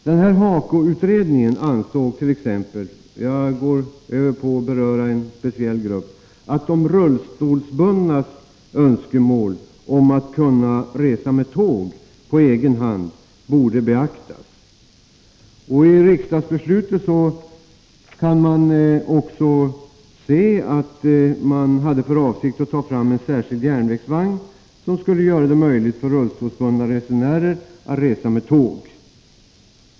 Jag vill t.ex., för att gå över till en speciell grupp, peka på att HAKO-utredningen ansåg att de rullstolsbundnas önskemål om att på egen hand kunna resa med tåg borde beaktas. Av riksdagsbeslutet framgår också att man hade för avsikt att ta fram en särskild järnvägsvagn som skulle göra det möjligt för rullstolsbundna resenärer att resa med tåg.